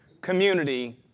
community